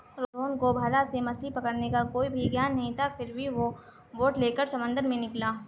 रोहन को भाला से मछली पकड़ने का कोई भी ज्ञान नहीं था फिर भी वो बोट लेकर समंदर में निकला